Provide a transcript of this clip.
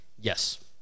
Yes